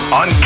on